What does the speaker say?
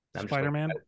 Spider-Man